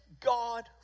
God